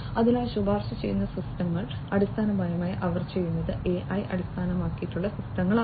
അതിനാൽ ശുപാർശ ചെയ്യുന്ന സിസ്റ്റങ്ങൾ അടിസ്ഥാനപരമായി അവർ ചെയ്യുന്നത് AI അടിസ്ഥാനമാക്കിയുള്ള സിസ്റ്റങ്ങളാണ്